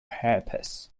herpes